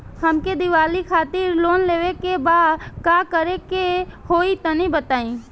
हमके दीवाली खातिर लोन लेवे के बा का करे के होई तनि बताई?